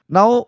Now